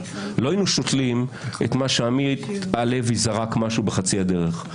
לא היינו שותלים את מה שעמית הלוי זרק בחצי הדרך.